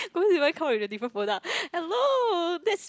come with the different product hello that's